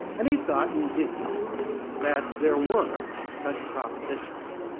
and he thought indeed that there were such propositions.